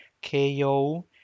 K-O